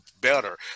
better